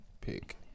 pick